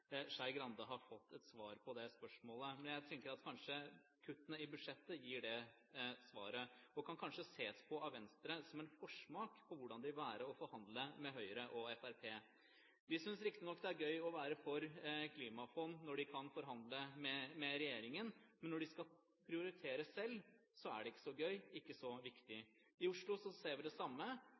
Skei Grande har fått et svar på det spørsmålet. Men jeg tenker kanskje at kuttene i budsjettet gir det svaret og av Venstre kan ses som en forsmak på hvordan det vil være å forhandle med Høyre og Fremskrittspartiet. De synes riktignok det er gøy å være for klimafond når de kan forhandle med regjeringen, men når de skal prioritere selv, er det ikke så gøy og ikke så viktig. I Oslo ser vi det samme.